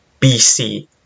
bc